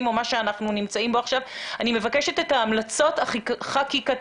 או מה שאנחנו נמצאים בו עכשיו - לקבל את ההמלצות החקיקתיות,